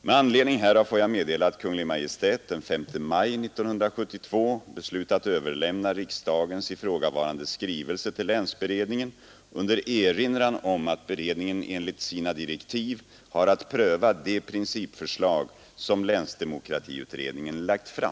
Med anledning härav får jag meddela, att Kungl. Maj:t den 5 maj 1972 beslutat överlämna riksdagens ifrågavarande skrivelse till länsberedningen under erinran om att beredningen enligt sina direktiv har att pröva de principförslag som länsdemokratiutredningen lagt fram.